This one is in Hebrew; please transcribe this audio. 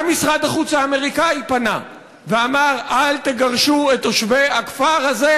גם משרד החוץ האמריקני פנה ואמר: אל תגרשו את תושבי הכפר הזה,